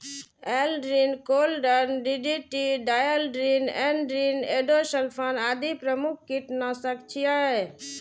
Aldrin, chlordane, DDT, dieldrin, endrin, endosulfan आदि प्रमुख कीटनाशक छियै